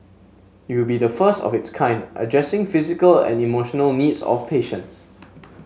it would be the first of its kind addressing physical and emotional needs of patients